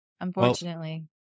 Unfortunately